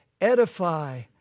edify